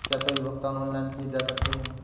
क्या सभी भुगतान ऑनलाइन किए जा सकते हैं?